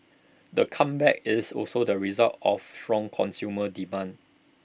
the comeback is also the result of strong consumer demand